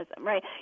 right